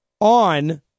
on